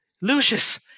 Lucius